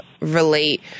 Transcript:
relate